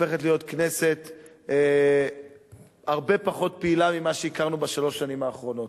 הופכת להיות כנסת הרבה פחות פעילה ממה שהכרנו בשלוש השנים האחרונות.